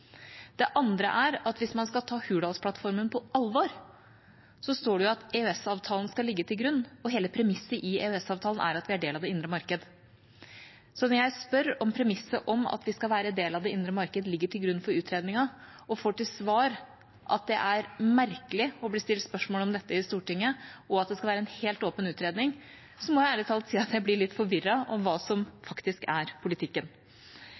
det vi har i dag. Det andre er at hvis man skal ta Hurdalsplattformen på alvor, står det jo der at EØS-avtalen skal ligge til grunn, og hele premisset i EØS-avtalen er at vi er del av det indre marked. Så når jeg spør om premisset om at vi skal være del av det indre marked, ligger til grunn for utredningen, og får til svar at det er merkelig å bli stilt spørsmål om dette i Stortinget, og at det skal være en helt åpen utredning, må jeg ærlig talt si at jeg blir litt forvirret over hva som faktisk er politikken.